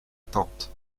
tante